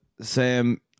Sam